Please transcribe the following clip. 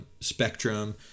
spectrum